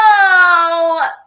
No